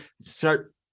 start